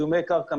זומי קרקע,